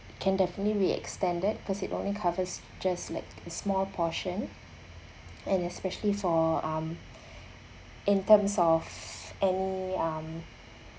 can definitely be extended because it only covers just like a small portion and especially for um in terms of any um